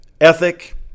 ethic